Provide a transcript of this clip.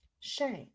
Shame